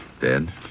Dead